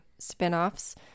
spinoffs